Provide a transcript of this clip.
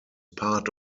part